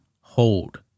hold